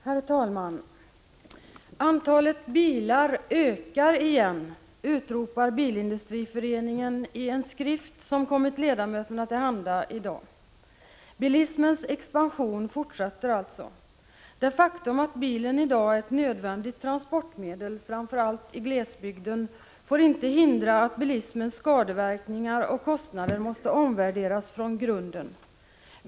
Herr talman! Antalet bilar ökar igen! utropar Bilindustriföreningen i en skrift som kommit ledamöterna till handa i dag. Bilismens expansion fortsätter alltså. Det faktum att bilen i dag är ett nödvändigt transportmedel, framför allt i glesbygden, får inte hindra att bilismens skadeverkningar och kostnader omvärderas från grunden.